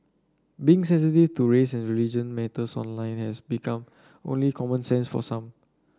being sensitive to race and religion matters online has become only common sense for some